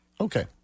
Okay